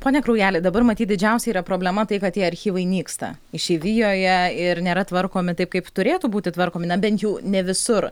pone kraujeli dabar matyt didžiausia yra problema tai kad tie archyvai nyksta išeivijoje ir nėra tvarkomi taip kaip turėtų būti tvarkomi na bent jau ne visur